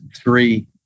three